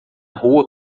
rua